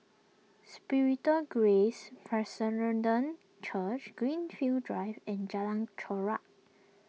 Spiritual Grace Church Greenfield Drive and Jalan Chorak